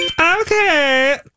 Okay